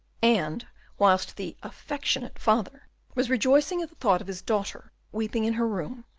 and whilst the affectionate father was rejoicing at the thought of his daughter weeping in her room,